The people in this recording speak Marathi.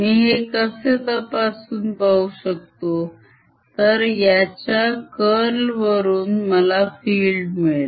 मी हे कसे तपासून पाहू शकतो तर याच्या curl वरून मला field मिळेल